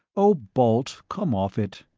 oh, balt, come off it,